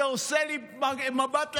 אתה עושה לי מבט לשמיים?